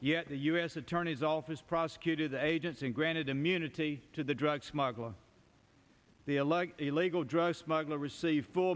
yet the u s attorney's office prosecuted the agents and granted immunity to the drug smuggler the illegal drug smuggler received full